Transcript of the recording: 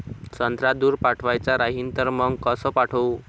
संत्रा दूर पाठवायचा राहिन तर मंग कस पाठवू?